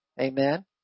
Amen